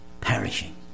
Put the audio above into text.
Perishing